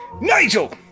Nigel